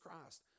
Christ